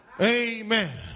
Amen